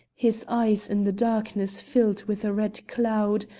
his eyes in the darkness filled with a red cloud,